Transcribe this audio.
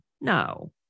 No